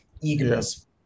eagerness